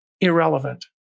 irrelevant